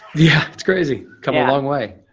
yeah, that's crazy, come a long way.